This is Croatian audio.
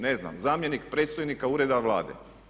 Ne znam, zamjenik predstojnika Ureda Vlade.